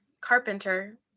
Carpenter